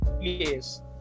Yes